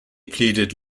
pleaded